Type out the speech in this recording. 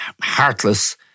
heartless